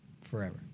forever